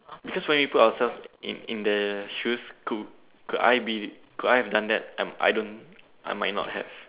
because when we put ourselves in in the shoes could could I be could I have done that I'm I don't I might not have